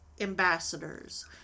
ambassadors